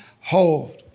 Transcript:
hold